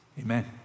Amen